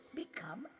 become